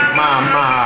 Mama